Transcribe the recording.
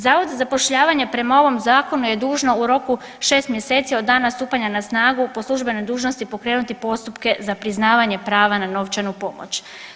Zavod za zapošljavanje prema ovom zakonu je dužno u roku 6 mjeseci od dana stupanja na snagu po službenoj dužnosti pokrenuti postupke za priznavanje prava na novčanu pomoć.